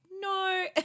no